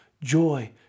joy